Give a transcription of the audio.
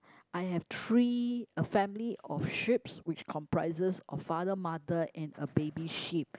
I have three a family of sheeps which comprises of father mother and a baby sheep